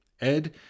Ed